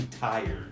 tired